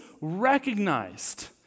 recognized